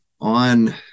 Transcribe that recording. on